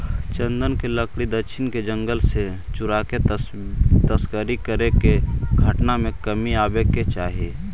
चन्दन के लकड़ी दक्षिण के जंगल से चुराके तस्करी करे के घटना में कमी आवे के चाहि